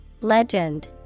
legend